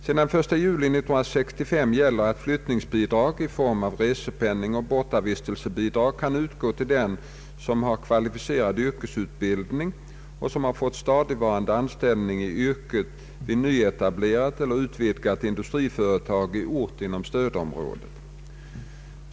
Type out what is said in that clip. Sedan den 1 juli 1965 gäller att flyttningsbidrag i form av respenning och bortavistelsebidrag kan utgå till den som har kvalificerad yrkesutbildning och som har fått stadigvarande anställning i yrket vid nyetablerat eller utvidgat industriföretag i ort inom stödområdet.